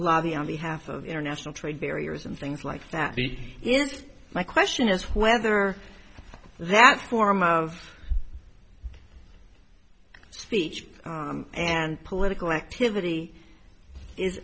lobby on behalf of international trade barriers and things like that he is my question is whether that form of speech and political activity is